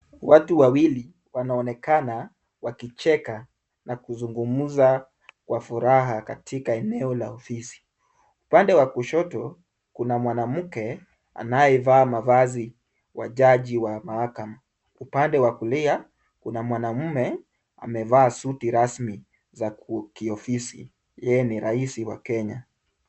Watu wawili wanaonekana wakicheka na kuzungumza kwa furaha katika eneo la ofisi. Upande wa kushoto, kuna mwanamke anayevaa mavazi wa jaji wa mahakama. Upande wa kulia, kuna mwanamume amevaa suti rasmi za kiofisi, yeye ni rais wa Kenya.